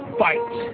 fight